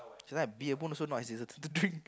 that's why beer also not as easy to drink